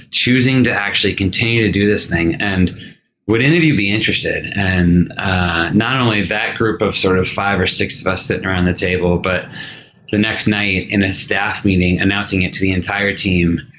choosing to actually continue to do this thing. and would any of you be interested? and anot only that group of sort of five or six of us sitting around the table but the next night in a staff meeting, announcing it to the entire team,